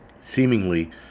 seemingly